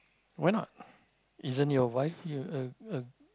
why not isn't your wife you~ uh uh